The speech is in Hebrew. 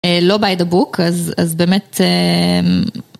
לא by the book אז באמת